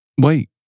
Wait